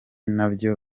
nabyo